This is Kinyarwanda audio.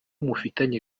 mufitanye